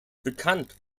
bekannt